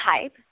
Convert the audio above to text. type